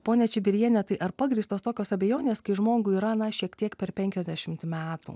ponia čibiriene tai ar pagrįstos tokios abejonės kai žmogui yra na šiek tiek per penkiasdešimt metų